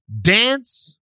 Dance